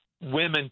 women